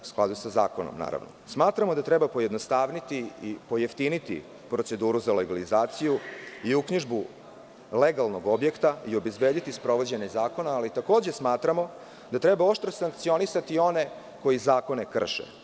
Smatramo da treba pojednostaviti i pojeftiniti proceduru za legalizaciju i uknjižbu legalnog objekta i obezbediti sprovođenje zakona ali takođe smatramo da treba oštro sankcionisati one koji zakone krše.